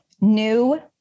new